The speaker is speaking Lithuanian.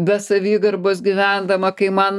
be savigarbos gyvendama kai man